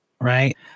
Right